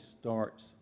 starts